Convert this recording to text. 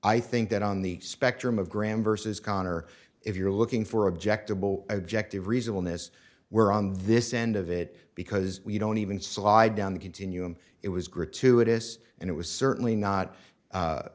i think that on the spectrum of graham versus conner if you're looking for objective objective reason wellness we're on this end of it because we don't even slide down the continuum it was gratuitous and it was certainly not